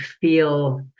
feel